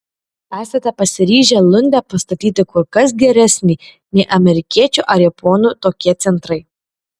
esate pasiryžę lunde pastatyti kur kas geresnį nei amerikiečių ar japonų tokie centrai